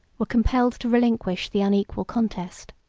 were compelled to relinquish the unequal contest.